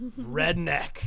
Redneck